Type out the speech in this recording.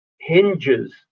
hinges